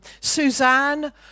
Suzanne